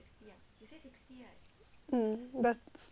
um the stand ah only lah